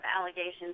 allegations